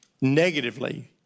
negatively